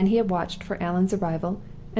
again he had watched for allan's arrival,